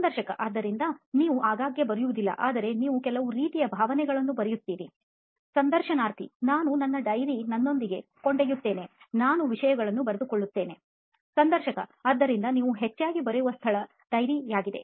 ಸಂದರ್ಶಕ ಆದ್ದರಿಂದ ನೀವು ಆಗಾಗ್ಗೆ ಬರೆಯುವುದಿಲ್ಲ ಆದರೆ ನೀವು ಕೆಲವು ರೀತಿಯ ಭಾವನೆಗಳನ್ನೂ ಬರೆಯುತ್ತಿರಿ ಸಂದರ್ಶನಾರ್ಥಿ ನಾನು ನನ್ನ ಡೈರಿ ಯನ್ನು ನನ್ನೊಂದಿಗೆ ಕೊಂಡೊಯ್ಯುತ್ತೇನೆ ನಾನು ವಿಷಯಗಳನ್ನು ಬೇರೆದುಕೊಳ್ಳುತ್ತೇನೆ ಸಂದರ್ಶಕಆದ್ದರಿಂದ ನೀವು ಹೆಚ್ಚಾಗಿ ಬರೆಯುವ ಸ್ಥಳ diary ಯಾಗಿದೆ